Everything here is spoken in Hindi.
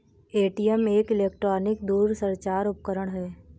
ए.टी.एम एक इलेक्ट्रॉनिक दूरसंचार उपकरण है